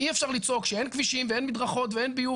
אי אפשר לצעוק שאין כבישים ואין מדרכות ואין ביוב